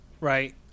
Right